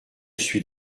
suis